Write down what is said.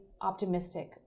optimistic